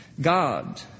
God